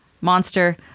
Monster